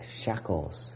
shackles